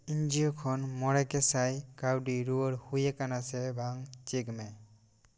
ᱮᱱ ᱡᱤᱭᱳ ᱠᱷᱚᱱ ᱢᱚᱬᱮ ᱜᱮᱥᱟᱭ ᱠᱟ ᱣᱰᱤ ᱨᱩᱣᱟᱹᱲ ᱦᱩᱭᱟᱠᱟᱱᱟ ᱥᱮ ᱵᱟᱝ ᱪᱮᱠ ᱢᱮ